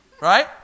right